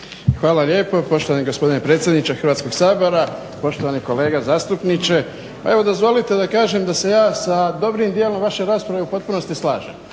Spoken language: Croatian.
Hvala lijepo poštovani gospodine predsjedniče Hrvatskog sabora, poštovani kolega zastupniče. Pa evo dozvolite da kažem da se ja sa dobrim djelom vaše rasprave u potpunosti slažem,